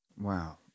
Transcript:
Wow